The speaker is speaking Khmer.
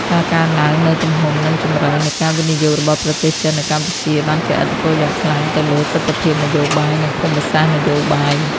ការកើនឡើងនូវទំហំ និងជម្រៅនៃការវិនិយោគរបស់ប្រទេសចិននៅកម្ពុជា បានជះឥទ្ធិពលយ៉ាងខ្លាំងទៅលើទិដ្ឋភាពនយោបាយ និងភូមិសាស្ត្រនយោបាយ។